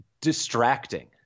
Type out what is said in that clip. distracting